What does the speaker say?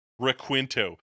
requinto